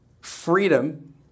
Freedom